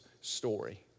story